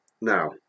now